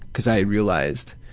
because i realized,